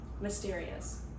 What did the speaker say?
Mysterious